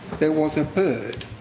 there was a bird.